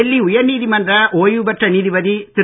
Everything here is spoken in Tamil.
டெல்லி உயர் நீதிமன்ற ஓய்வு பெற்ற நீதிபதி திரு